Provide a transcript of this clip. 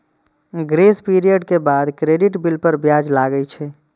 grace period के बाद credit bill पर ब्याज लागै छै